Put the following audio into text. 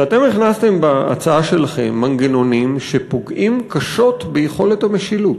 שאתם הכנסתם בהצעה שלכם מנגנונים שפוגעים קשות ביכולת המשילות.